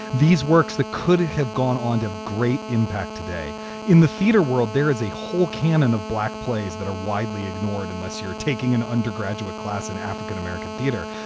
these works that could have gone on to have great impact today in the theater world, there is a whole canon of black plays that are widely ignored unless you're taking an undergraduate class in african-american theater.